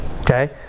Okay